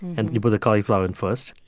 and you put the cauliflower in first.